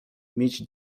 mieć